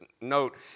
note